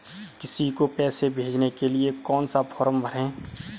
किसी को पैसे भेजने के लिए कौन सा फॉर्म भरें?